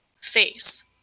face